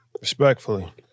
Respectfully